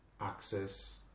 access